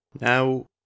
Now